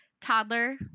toddler